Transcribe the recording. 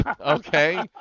Okay